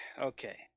okay